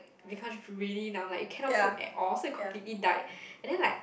becomes really numb like you cannot feel at all so it completely died and then like